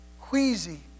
queasy